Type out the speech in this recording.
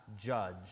judge